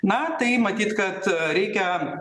na tai matyt kad reikia